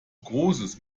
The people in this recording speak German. großes